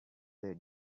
were